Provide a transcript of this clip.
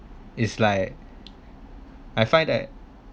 it's like I find that